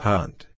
Hunt